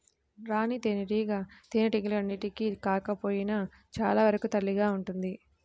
రాణి తేనెటీగ తేనెటీగలన్నింటికి కాకపోయినా చాలా వరకు తల్లిగా ఉంటుంది